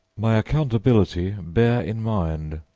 my accountability, bear in mind,